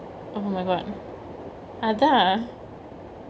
oh my god அதா:athaa